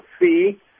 fee